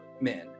men